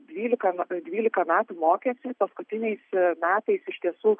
dvylika dvyliką metų mokėsi paskutiniais metais iš tiesų